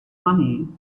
money